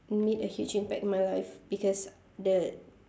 made a huge impact in my life because the